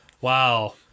wow